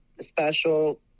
special